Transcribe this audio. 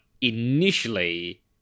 initially